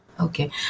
Okay